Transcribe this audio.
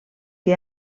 que